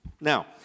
Now